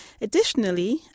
Additionally